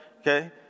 Okay